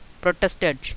protested